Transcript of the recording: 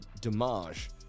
damage